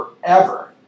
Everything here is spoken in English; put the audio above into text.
forever